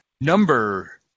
Number